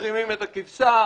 מחרימים את הכבשה,